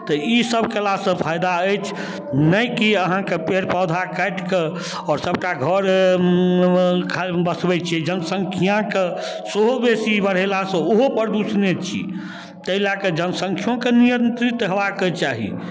तऽ ईसब कएलासँ फाइदा अछि नहि कि अहाँके पेड़ पौधा काटिकऽ आओर सबटा घर बसबै छिए जनसँख्याके सेहो बेसी बढ़ेलासँ ओहो प्रदूषणे छी ताहि लऽ कऽ जनसँख्योके नियन्त्रित हेबाके चाही